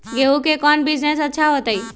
गेंहू के कौन बिजनेस अच्छा होतई?